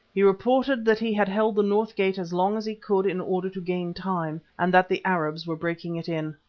he reported that he had held the north gate as long as he could in order to gain time, and that the arabs were breaking it in.